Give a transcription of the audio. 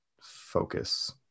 focus